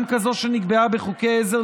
גם כזאת שנקבעה בחוקי עזר,